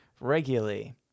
regularly